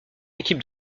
équipe